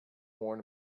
horn